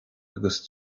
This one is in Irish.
agus